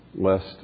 lest